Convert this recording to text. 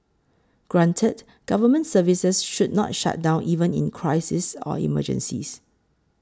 granted government services should not shut down even in crises or emergencies